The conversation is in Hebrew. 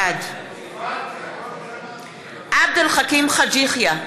בעד עבד אל חכים חאג' יחיא,